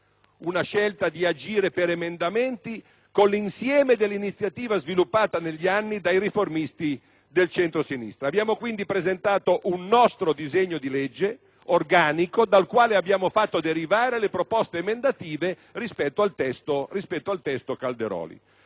non sarebbe stata coerente con l'insieme dell'iniziativa sviluppata negli anni dai riformisti del centrosinistra. Abbiamo pertanto presentato un nostro disegno di legge organico, dal quale abbiamo fatto derivare le proposte emendative al testo Calderoli.